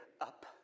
up